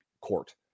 court